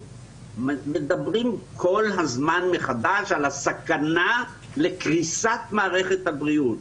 מדברים כל הזמן מחדש על הסכנה לקריסת מערכת הבריאות,